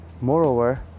Moreover